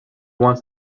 wants